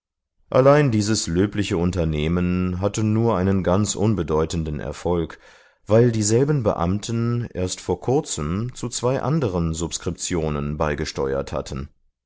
allein dieses löbliche unternehmen hatte nur einen ganz unbedeutenden erfolg weil dieselben beamten erst vor kurzem zu zwei anderen subskriptionen beigesteuert hatten